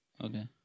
Okay